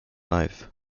life